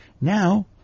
Now